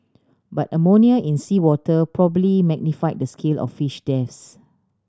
but ammonia in seawater probably magnify the scale of fish deaths